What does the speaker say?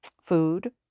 food